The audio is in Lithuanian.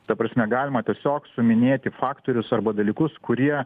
ta prasme galima tiesiog suminėti faktorius arba dalykus kurie